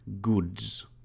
goods